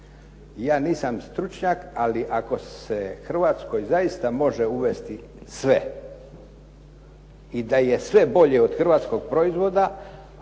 Ja nisam stručnjak ali ako se Hrvatskoj zaista može uvesti sve i da je sve bolje od hrvatskog proizvoda